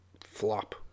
flop